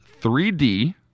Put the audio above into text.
3D